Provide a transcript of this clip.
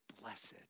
blessed